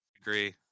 agree